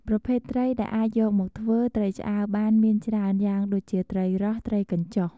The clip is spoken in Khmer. ប្រភេទត្រីដែលអាចយកមកធ្វើ ត្រីឆ្អើរ បានមានច្រើនយ៉ាងដូចជាត្រីរ៉ស់ ត្រីកញ្ជុះ។